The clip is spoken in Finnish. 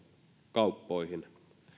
kauppoihin